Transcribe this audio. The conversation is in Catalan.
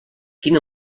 quin